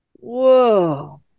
Whoa